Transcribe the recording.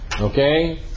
Okay